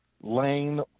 Lane